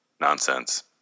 nonsense